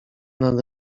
nad